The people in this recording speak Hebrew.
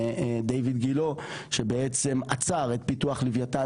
דיויד גילה שבעצם עצר את פיתוח לווייתן